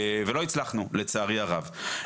ולא הצלחנו, לצערי הרב.